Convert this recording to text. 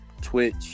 twitch